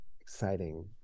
exciting